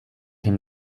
him